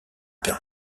père